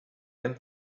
and